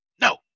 No